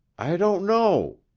i don't know,